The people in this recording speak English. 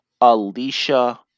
Alicia